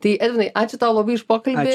tai edvinai ačiū tau labai už pokalbį